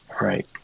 right